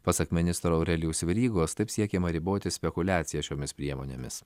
pasak ministro aurelijaus verygos taip siekiama riboti spekuliaciją šiomis priemonėmis